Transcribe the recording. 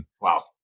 Wow